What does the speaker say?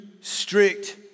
strict